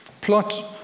Plot